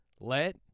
Let